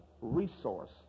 resource